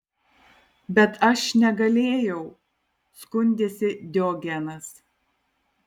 bet aš negalėjau skundėsi diogenas